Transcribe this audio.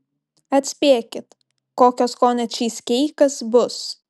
atspėkit kokio skonio čyzkeikas bus